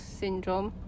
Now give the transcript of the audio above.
syndrome